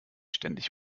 ständig